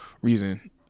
reason